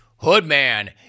Hoodman